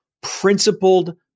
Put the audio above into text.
Principled